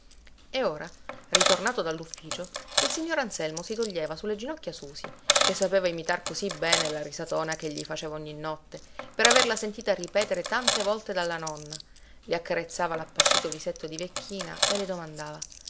e ora ritornato dall'ufficio il signor anselmo si toglieva su le ginocchia susì che sapeva imitar così bene la risatona ch'egli faceva ogni notte per averla sentita ripetere tante volte dalla nonna le accarezzava l'appassito visetto di vecchina e le domandava